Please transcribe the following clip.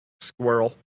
squirrel